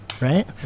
right